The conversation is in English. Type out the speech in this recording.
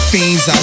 Fiends